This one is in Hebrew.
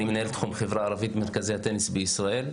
מנהל תחום חברה ערבית מרכזי הטניס בישראל.